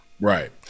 Right